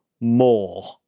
more